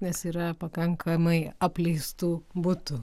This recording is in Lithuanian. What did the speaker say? nes yra pakankamai apleistų butų